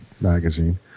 magazine